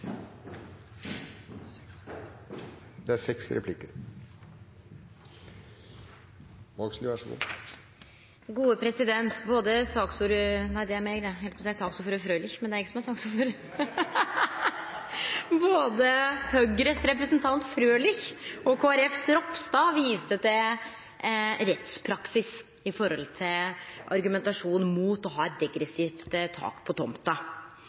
det. Eg heldt på å seie saksordførar Frølich, men det er eg som er saksordførar. Både Høgres representant Frølich og Kristeleg Folkepartis Ropstad viste til rettspraksis med omsyn til argumentasjonen mot å ha eit degressivt tak på